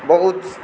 बहुत